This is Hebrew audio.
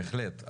בהחלט.